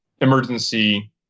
emergency